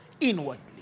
inwardly